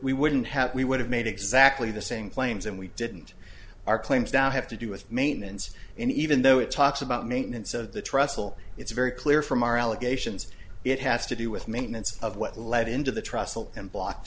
we wouldn't have we would have made exactly the same claims and we didn't our claims now have to do with maintenance and even though it talks about maintenance of the trussell it's very clear from our allegations it has to do with maintenance of what led into the trussell and blocked